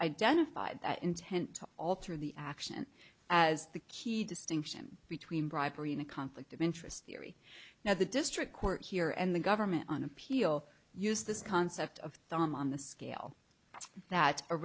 identified that intent to alter the action as the key distinction between bribery and a conflict of interest theory now the district court here and the government on appeal use this concept of thumb on the scale that a